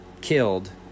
killed